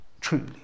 truly